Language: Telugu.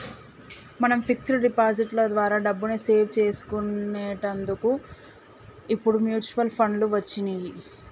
మనం ఫిక్స్ డిపాజిట్ లో ద్వారా డబ్బుని సేవ్ చేసుకునేటందుకు ఇప్పుడు మ్యూచువల్ ఫండ్లు వచ్చినియ్యి